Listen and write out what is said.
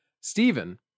Stephen